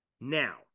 Now